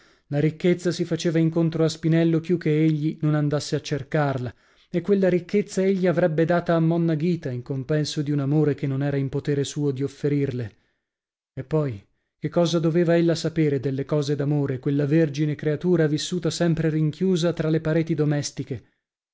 la ricchezza si faceva incontro a spinello più che egli non andasse a cercarla e quella ricchezza egli avrebbe data a monna ghita in compenso di un amore che non era in poter suo di offerirle e poi che cosa doveva ella sapere delle cose d'amore quella vergine creatura vissuta sempre rinchiusa tra le pareti domestiche